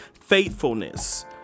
faithfulness